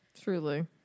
Truly